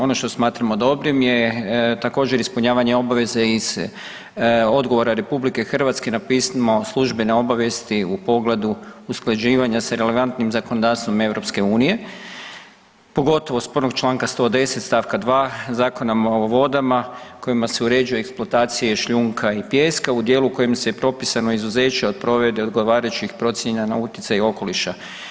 Ono što smatramo dobrim je također ispunjavanje obveze iz odgovora RH na pismo službene obavijesti u pogledu usklađivanja s relevantnim zakonodavstvom EU, pogotovo iz prvog čl. 110. st. 2. Zakona o vodama kojim se uređuje eksploatacija i šljunka i pijeska u dijelu kojim je propisano izuzeće od provedbe od … [[Govornik se ne razumije]] procijenjena na utjecaj okoliša.